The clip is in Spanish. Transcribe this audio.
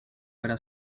para